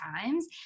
times